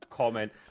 Comment